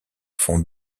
font